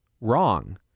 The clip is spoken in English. Wrong